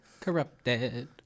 corrupted